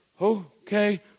okay